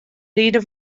ride